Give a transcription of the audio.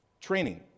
Training